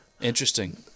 Interesting